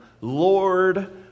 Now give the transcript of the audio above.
Lord